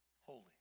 holy